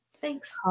thanks